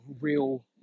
real